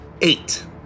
eight